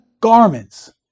garments